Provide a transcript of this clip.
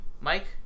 Mike